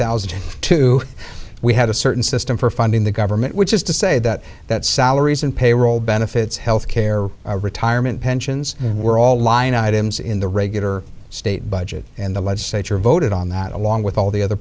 thousand and two we had a certain system for funding the government which is to say that that salaries and payroll benefits health care retirement pensions were all line items in the regular state budget and the legislature voted on that along with all the other